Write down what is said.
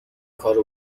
کارو